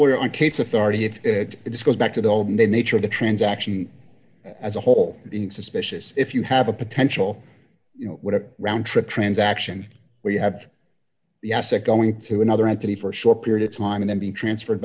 we're on a case authority and it just goes back to the old nature of the transaction as a whole being suspicious if you have a potential you know what a round trip transaction where you have the yes it going to another entity for a short period of time and then be transferred